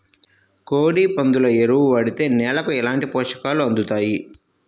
కోడి, పందుల ఎరువు వాడితే నేలకు ఎలాంటి పోషకాలు అందుతాయి